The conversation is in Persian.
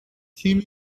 تیمی